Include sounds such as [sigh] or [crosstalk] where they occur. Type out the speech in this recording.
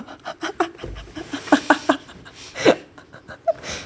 [laughs]